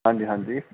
ਹਾਂਜੀ ਹਾਂਜੀ